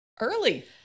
early